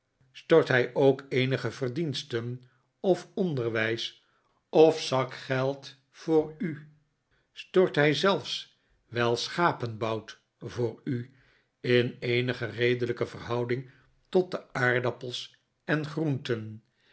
stort hij ook eenige vercliensten of onderwijs of zakgeld voor u stort hij zelfs wel schapenbout voor u in eenige redelijke verhouding tot de aardappelen en groenten